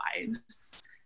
lives